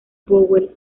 powell